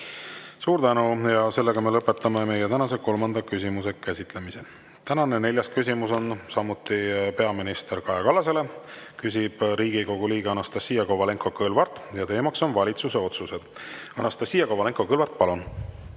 Suur tänu! Ma lõpetan meie tänase kolmanda küsimuse käsitlemise. Tänane neljas küsimus on samuti peaminister Kaja Kallasele, küsib Riigikogu liige Anastassia Kovalenko‑Kõlvart ja teema on valitsuse otsused. Anastassia Kovalenko‑Kõlvart, palun!